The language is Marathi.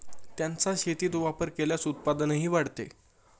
त्यांचा शेतीत वापर केल्यास उत्पादनही वाढते